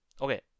Okay